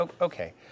okay